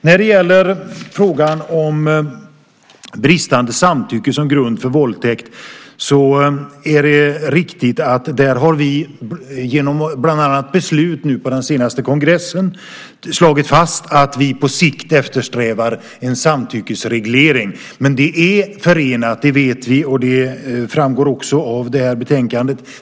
När det gäller frågan om bristande samtycke som grund för våldtäkt är det riktigt att vi bland annat genom beslut på den senaste kongressen har slagit fast att vi på sikt eftersträvar en samtyckesreglering. Men det är förenat med svårigheter. Det vet vi, och det framgår också av det här betänkandet.